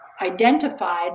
identified